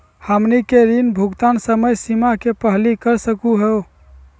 हमनी के ऋण भुगतान समय सीमा के पहलही कर सकू हो?